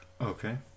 Okay